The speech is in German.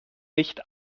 nicht